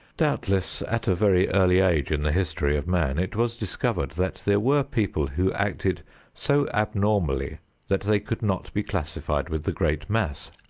doubtless at a very early age in the history of man it was discovered that there were people who acted so abnormally that they could not be classified with the great mass.